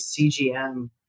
CGM